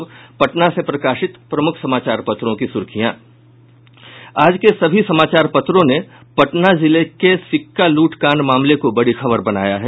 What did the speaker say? अब पटना से प्रकाशित प्रमुख समाचार पत्रों की सुर्खियां आज के सभी समाचार पत्रों ने पटना जिले के सिक्का लूटकांड मामले को बड़ी खबर बनाया है